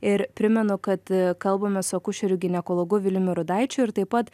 ir primenu kad kalbamės su akušeriu ginekologu viliumi rudaičiu ir taip pat